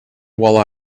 while